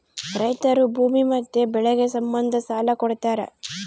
ರೈತರು ಭೂಮಿ ಮತ್ತೆ ಬೆಳೆಗೆ ಸಂಬಂಧ ಸಾಲ ಕೊಡ್ತಾರ